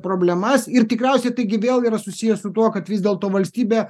problemas ir tikriausiai taigi vėl yra susiję su tuo kad vis dėlto valstybė